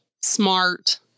smart